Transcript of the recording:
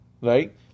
right